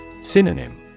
Synonym